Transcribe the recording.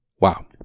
wow